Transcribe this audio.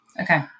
Okay